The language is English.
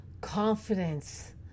confidence